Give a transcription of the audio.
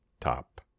top